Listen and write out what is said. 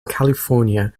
california